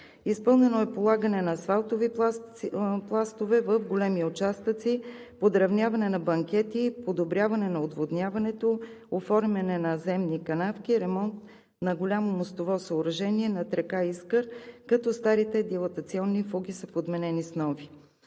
Изпълнено е полагане на асфалтови пластове в големи участъци, подравняване на банкети, подобряване на отводняването, оформяне на земни канавки, ремонт на голямо мостово съоръжение над река Искър, като старите дилатационни фуги са подменени с нови.